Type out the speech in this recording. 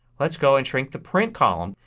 let's go and shrink the print column.